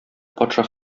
патша